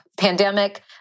Pandemic